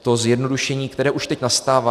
To zjednodušení, které už teď nastává.